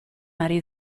ari